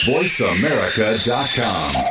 VoiceAmerica.com